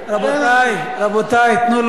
כן,